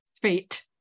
fate